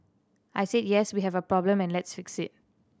I said yes we have a problem and let's fix it